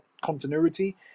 continuity